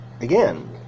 again